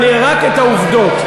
רק את העובדות.